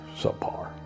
subpar